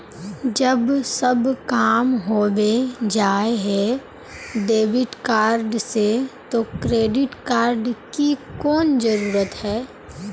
जब सब काम होबे जाय है डेबिट कार्ड से तो क्रेडिट कार्ड की कोन जरूरत है?